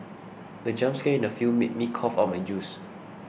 the jump scare in the film made me cough out my juice